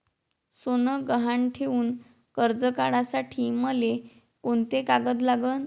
सोनं गहान ठेऊन कर्ज काढासाठी मले कोंते कागद लागन?